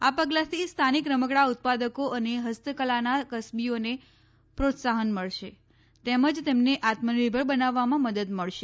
આ પગલાંથી સ્થાનિક રમકડાં ઉત્પાદકો અને હસ્તલાના કસબીઓને પ્રોત્સાહન મળશે તેમજ તેમને આત્મનિર્ભર બનવામાં મદદ મળશે